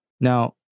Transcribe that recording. Now